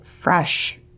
fresh